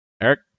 Eric